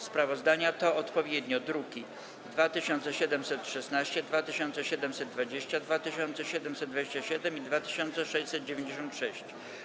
Sprawozdania to odpowiednio druki nr 2716, 2720, 2727 i 2696.